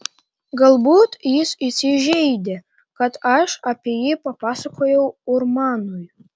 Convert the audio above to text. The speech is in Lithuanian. galbūt jis įsižeidė kad aš apie jį papasakojau urmanui